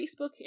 Facebook